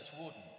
warden